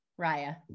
Raya